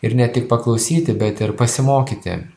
ir ne tik paklausyti bet ir pasimokyti